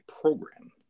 program